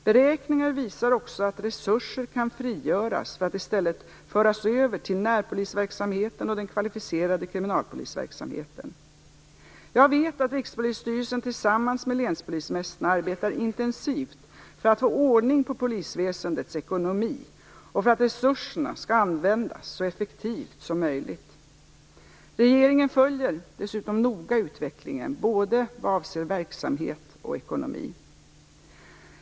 Beräkningar visar också att resurser kan frigöras för att i stället föras över till närpolisverksamheten och den kvalificerade kriminalpolisverksamheten. Jag vet att Rikspolisstyrelsen tillsammans med länspolismästarna arbetar intensivt för att få ordning på polisväsendets ekonomi och för att resurserna skall användas så effektivt som möjligt. Regeringen följer dessutom noga utvecklingen både vad avser verksamhet och ekonomi.